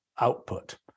output